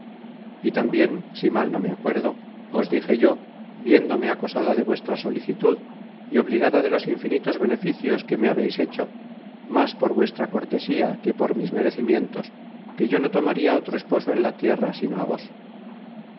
y tambien si mal no me acuerdo os dije yo viéndome acosada de vuestra solicitud y obligada de los infinitos beneficios que me habeis hecho más por vuestra cortesía que por mis merecimientos que yo no tomaria otro esposo en la tierra sino á vos